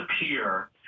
appear